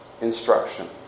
instruction